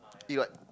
you got